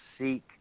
seek